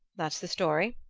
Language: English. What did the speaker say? that's the story.